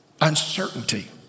Uncertainty